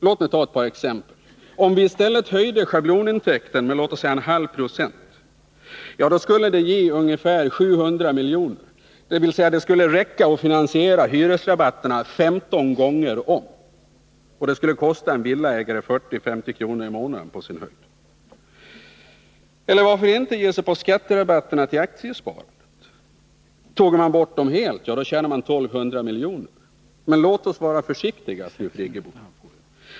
Låt mig ta ett par exempel: Om vi i stället höjde schablonintäkten med låt oss säga 0,5 96, skulle det ge ungefär 700 milj.kr., dvs. det skulle räcka för att finansiera hyresrabatterna 15 gånger om, och det skulle kosta en villaägare på sin höjd 40-50 kr. i månaden. Eller varför inte ge sig på skatterabatterna till aktiespararna? Tog man bort dem helt skulle man tjäna 1 200 milj.kr. Men låt oss vara försiktiga, fru Friggebo.